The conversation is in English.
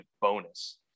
bonus